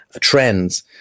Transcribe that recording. trends